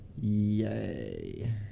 Yay